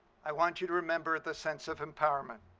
i want you to remember the sense of empowerment.